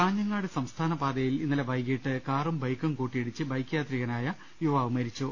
കാഞ്ഞ്ങാട് സംസ്ഥാ ന പാ ത യിൽ ഇന്നലെ വൈകീട്ട് കാറും ബൈക്കും കൂട്ടിയിടിച്ച് ബൈക്ക് യാത്രി കനായ യുവാവ് മരിച്ചു